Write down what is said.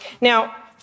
Now